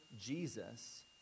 Jesus